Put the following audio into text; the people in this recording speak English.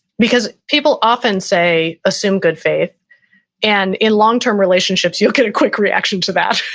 because people often say assume good faith and in longterm relationships you'll get a quick reaction to that.